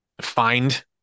find